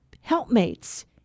helpmates